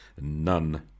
None